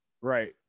right